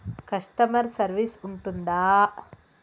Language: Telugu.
కస్టమర్ సర్వీస్ ఉంటుందా?